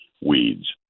weeds